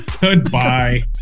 Goodbye